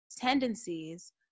tendencies